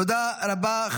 תודה רבה.